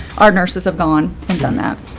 our nurses have gone and done that.